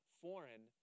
foreign